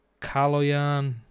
Kaloyan